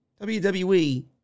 WWE